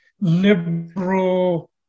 liberal